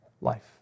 life